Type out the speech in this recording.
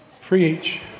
preach